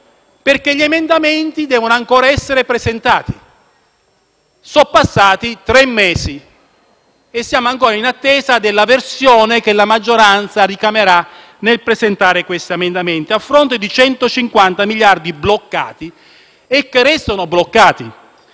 perché gli emendamenti devono ancora essere presentati. Sono passati tre mesi e siamo ancora in attesa della versione che la maggioranza ricamerà nel presentare questo emendamento. Ciò a fronte di 150 miliardi di euro bloccati e che restano bloccati,